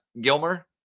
Gilmer